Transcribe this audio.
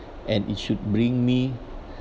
and it should bring me